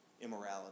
immorality